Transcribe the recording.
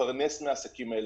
מתפרנס מהעסקים האלה.